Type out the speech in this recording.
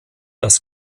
als